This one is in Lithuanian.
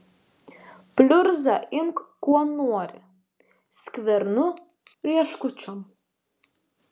pliurzą imk kuo nori skvernu rieškučiom